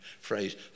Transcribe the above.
phrase